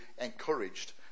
encouraged